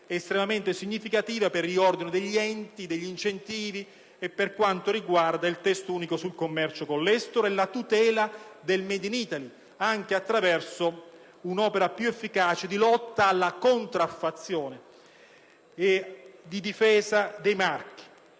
estremamente significative per il riordino degli enti, degli incentivi e per quanto riguarda il Testo unico sul commercio con l'estero e la tutela del*made in Italy*, anche attraverso un'opera più efficace di lotta alla contraffazione e di difesa dei marchi.